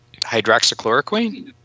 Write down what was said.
hydroxychloroquine